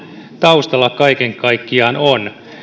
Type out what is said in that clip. taustalla kaiken kaikkiaan on